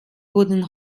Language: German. wurden